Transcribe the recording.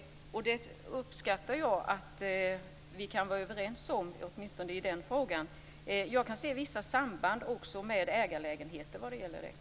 Jag uppskattar att vi kan vara överens åtminstone i den frågan. Jag kan också se vissa samband med ägarlägenheter vad gäller detta.